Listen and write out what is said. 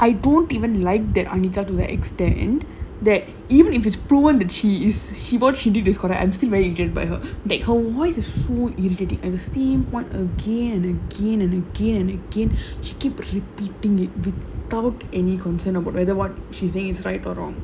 I don't even like that are needed to extend that even if it's proven that she what she did is correct I am still very injured by her that whole voices is so irritating and the same point again again and again and again to keep repeating it without any concern about whether what she say is right or wrong